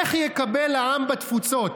איך יקבל העם בתפוצות,